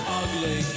ugly